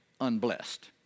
unblessed